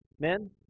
men